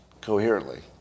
coherently